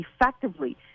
effectively